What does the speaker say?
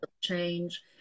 change